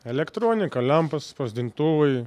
elektronika lempos spausdintuvai